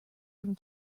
from